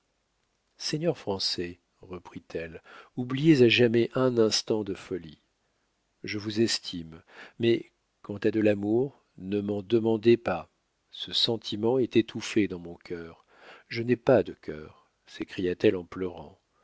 seigneur français reprit-elle oubliez à jamais un instant de folie je vous estime mais quant à de l'amour ne m'en demandez pas ce sentiment est étouffé dans mon cœur je n'ai pas de cœur s'écria-t-elle en pleurant